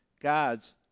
God's